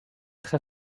très